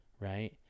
right